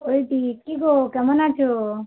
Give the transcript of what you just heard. ও দিদি কী গো কেমন আছো